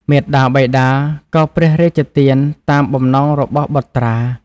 មាតាបិតាក៏ព្រះរាជទានតាមបំណងរបស់បុត្រា។